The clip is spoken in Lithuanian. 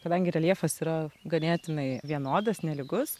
kadangi reljefas yra ganėtinai vienodas nelygus